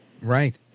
right